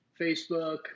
Facebook